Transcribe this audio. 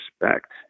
respect